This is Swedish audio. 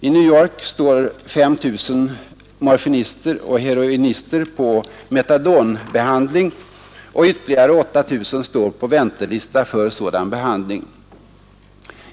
I New York står 5 000 morfinister och heroinister på metadonbehandling, och ytterligare 8 000 står på väntelista för sådan behandling.